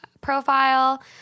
profile